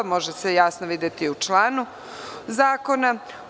To se može jasno videti u članu zakona.